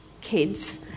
kids